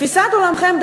תפיסת עולמכם,